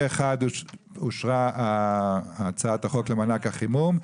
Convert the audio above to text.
פה אחד אושרה הצעת החוק למענק החימום.